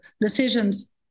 decisions